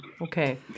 Okay